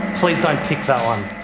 please don't pick that one.